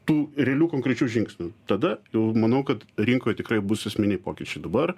tų realių konkrečių žingsnių tada jau manau kad rinkoj tikrai bus esminiai pokyčiai dabar